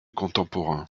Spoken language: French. contemporains